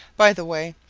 by the way,